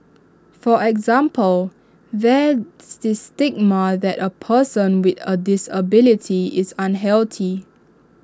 for example there's this stigma that A person with A disability is unhealthy